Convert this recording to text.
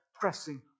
pressing